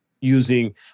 using